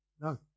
No